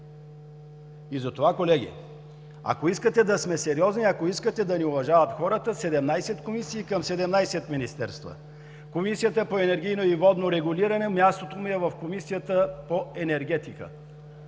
Затова, колеги, ако искате да сме сериозни, ако искате да ни уважават хората – седемнадесет комисии към седемнадесет министерства! Комисията по енергийно и водно регулиране – мястото ѝ е в Комисията по енергетика.